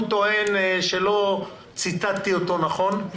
הוא טוען שלא ציטטתי אותו נכון,